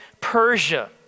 Persia